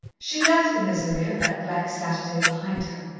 she left the misery of that black saturday behind her,